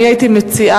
אני הייתי מציעה,